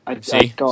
see